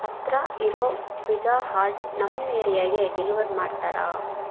ಹತ್ತಿರ ಇರೋ pizza hut ನಮ್ಮ ಏರಿಯಾಗೆ ಡಿಲಿವರ್ ಮಾಡ್ತಾರಾ